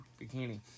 Bikini